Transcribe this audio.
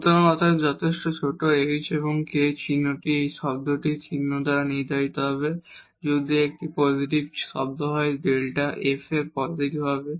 সুতরাং অতএব যথেষ্ট ছোট h এবং k চিহ্নটি এই টার্মটির চিহ্ন দ্বারা নির্ধারিত হবে যদি এটি একটি পজিটিভ টার্ম হয় Δ f পজিটিভ হবে